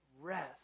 rest